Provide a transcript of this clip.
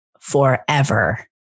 forever